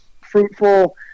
fruitful